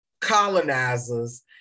colonizers